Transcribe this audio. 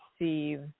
receive